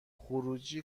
خروجی